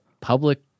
public